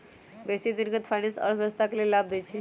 बेशी दिनगत फाइनेंस अर्थव्यवस्था के लेल लाभ देइ छै